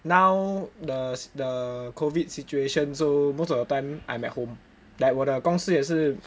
now the the COVID situation so most of the time I'm at home like 我的公司也是